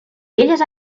elles